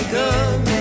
good